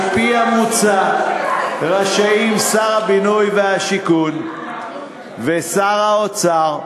על-פי המוצע רשאים שר הבינוי והשיכון ושר האוצר,